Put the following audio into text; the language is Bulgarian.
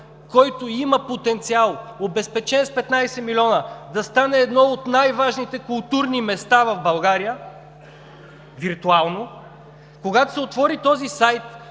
който има потенциал, обезпечен с 15 млн. лв., да стане едно от най-важните културни места в България виртуално, когато се отвори този сайт